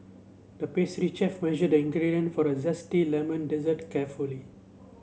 the pastry chef measured the ingredient for the zesty lemon dessert carefully